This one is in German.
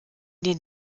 den